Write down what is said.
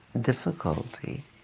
difficulty